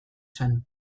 zen